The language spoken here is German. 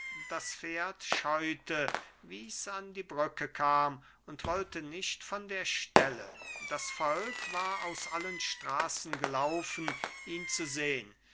das pferd scheute wie's an die brücke kam und wollte nicht von der stelle das volk war aus allen straßen gelaufen ihn zu sehn